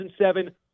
2007